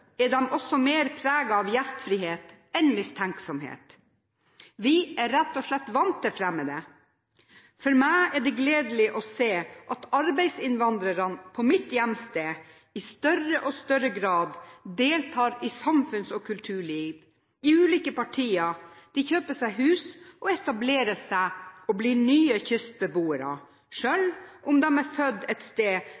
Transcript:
er de også mer preget av gjestfrihet enn mistenksomhet. Vi er rett og slett vant til fremmede. For meg er det gledelig å se at arbeidsinnvandrerne på mitt hjemsted i større og større grad deltar i samfunns- og kulturliv, i ulike partier, kjøper seg hus og etablerer seg og blir nye kystbeboere,